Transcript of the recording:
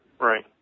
right